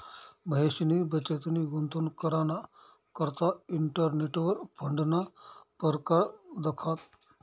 महेशनी बचतनी गुंतवणूक कराना करता इंटरनेटवर फंडना परकार दखात